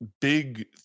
big